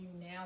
now